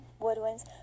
woodwinds